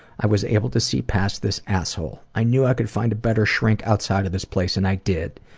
i was able to see past this asshole. i knew i could find a better shrink outside of this place and i did.